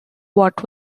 what